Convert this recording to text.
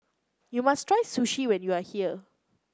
you must try Sushi when you are here